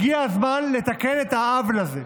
הגיע הזמן לתקן את העוול הזה.